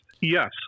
yes